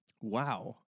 Wow